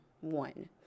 one